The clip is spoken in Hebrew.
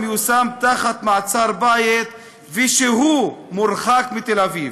יושם במעצר-בית ושהוא מורחק מתל-אביב.